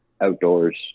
outdoors